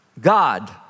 God